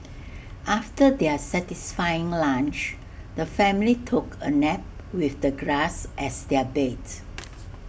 after their satisfying lunch the family took A nap with the grass as their bed